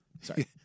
sorry